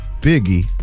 Biggie